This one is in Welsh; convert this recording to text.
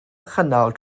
chynnal